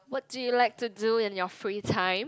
what do you like to do in your free time